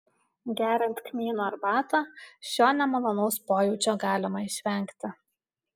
geriant kmynų arbatą šio nemalonaus pojūčio galima išvengti